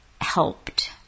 helped